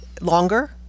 longer